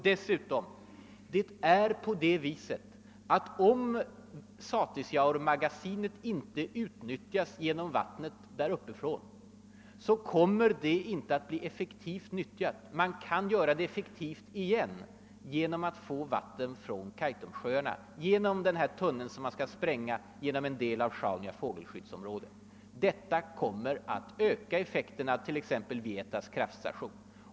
Dessutom förhåller det sig så, att om Satisjauremagasinet inte utnyttjas genom vattnet där uppifrån kommer det inte att bli nyttjat effektivt. Man kan göra det effektivt på nytt med hjälp av vatten från Kaitumsjöarna genom den tunnel som då skulle sprängas genom en del av Sjaunjas fågelskyddsområde. Det kommer att öka effekten beträffande t.ex. Vietas - kraftstation.